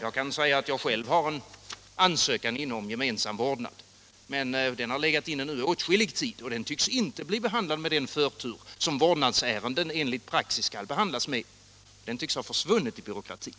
Jag kan säga att jag själv har en ansökan inne om gemensam vårdnad, men den har legat inne åtskillig tid nu, och den tycks inte bli behandlad med den förtur som vårdnadsärenden enligt praxis skall ha. Den tycks ha försvunnit i byråkratin.